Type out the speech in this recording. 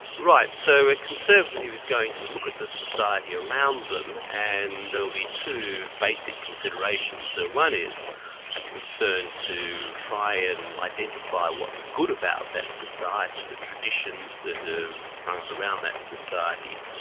right, so a conservative is going to look at the society around them and there'll be two basic considerations. so one is a concern to try and identify what's good about that society, the traditions that have sprung up around that society,